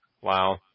wow